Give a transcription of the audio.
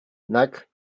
like